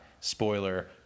spoiler